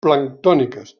planctòniques